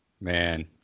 Man